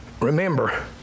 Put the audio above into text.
Remember